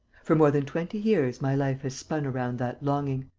for more than twenty years my life has spun around that longing.